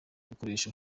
ibikoresho